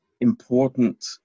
important